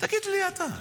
תגיד לי אתה.